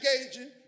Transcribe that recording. engaging